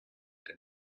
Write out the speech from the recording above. дээ